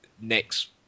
next